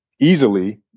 easily